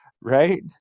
right